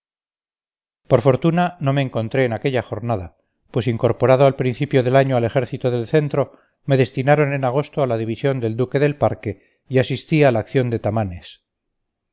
por fortuna no me encontré en aquella jornada pues incorporado al principio del año al ejército del centro me destinaron en agosto a la división del duque del parque y asistí a la acción de tamames